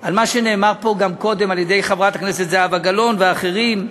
על מה שנאמר פה גם קודם על-ידי חברת הכנסת זהבה גלאון ואחרים.